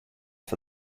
for